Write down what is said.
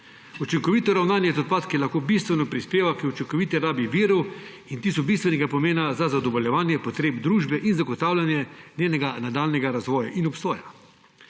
Učinkovito ravnanje z odpadki lahko bistveno prispeva k učinkoviti rabi virov in ti so bistvenega pomena za zadovoljevanje potreb družbe in zagotavljanje njenega nadaljnjega razvoja in obstoja.